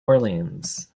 orleans